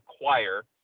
acquire